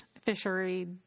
fishery